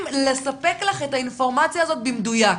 לספק לך את האינפורמציה הזאת במדויק.